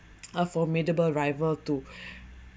a formidable rival to